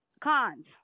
cons